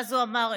והוא אמר,